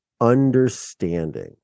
understanding